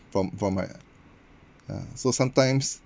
from from my ah so sometimes